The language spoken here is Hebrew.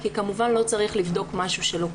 כי לא צריך לבדוק משהו שלא קיים.